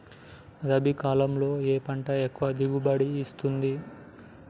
రబీ కాలంలో ఏ పంట ఎక్కువ దిగుబడి ఇస్తుంది?